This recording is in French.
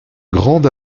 grande